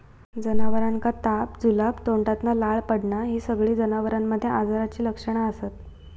जनावरांका ताप, जुलाब, तोंडातना लाळ पडना हि सगळी जनावरांमध्ये आजाराची लक्षणा असत